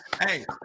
Hey